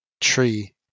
tree